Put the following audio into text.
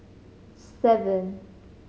seven